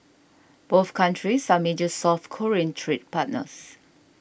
both countries are major South Korean trade partners